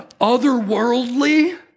otherworldly